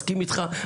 מסכים איתך,